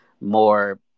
more